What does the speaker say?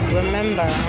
Remember